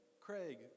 Craig